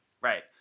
Right